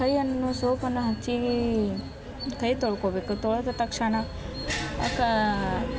ಕೈಯನ್ನು ಸೋಪನ್ನು ಹಚ್ಚಿ ಕೈ ತೊಳ್ಕೊಬೇಕು ತೊಳೆದ ತಕ್ಷಣ